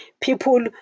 people